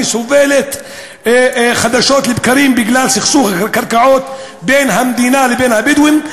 אני סובלת חדשות לבקרים בגלל סכסוך קרקעות בין המדינה לבין הבדואים.